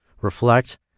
reflect